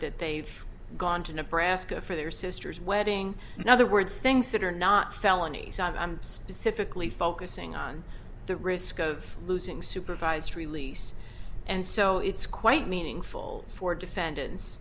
that they've gone to nebraska for their sister's wedding in other words things that are not cell anees i'm specifically focusing on the risk of losing supervised release and so it's quite meaningful for defendants